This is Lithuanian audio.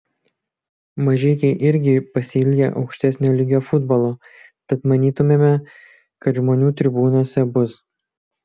mažeikiai irgi pasiilgę aukštesnio lygio futbolo tad manytumėme kad žmonių tribūnose bus